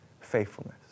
faithfulness